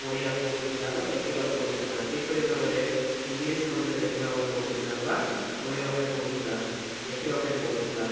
ପଢିୟା ପଢ଼ିବା ପଡୁଥିଲା ବା ଲେଖିବା ପଡ଼ୁଥିଲା ସେହିପରି ଭାବରେ ଇଂଲିଶ ମଧ୍ୟ ଲେଖିବାପାଇଁ ପଡ଼ୁଥିଲା ବା କହିବା ପାଇଁ ପଡ଼ୁଥିଲା ଲେଖିବାପାଇଁ ପଡ଼ୁଥିଲା